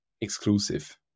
exclusive